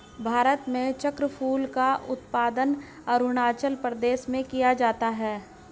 भारत में चक्रफूल का उत्पादन अरूणाचल प्रदेश में किया जाता है